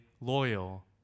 loyal